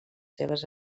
seves